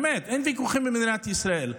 באמת אין ויכוחים במדינת ישראל,